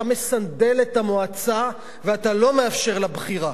אתה מסנדל את המועצה ואתה לא מאפשר לה בחירה.